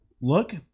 look